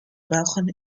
brauchen